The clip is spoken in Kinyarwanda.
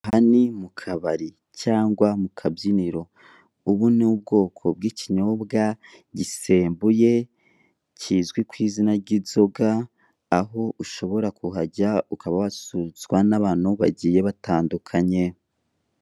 Aha ni mu kabari cyangwa mu kabyiniro, ubu ni ubwoko bw'ikinyobwa gisemnbuye kizwi ku izina ry'inzoga; aho ushobora kuhajya ukaba wasusurutswa n'abantu bagiye batandukanye.